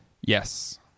Yes